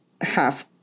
half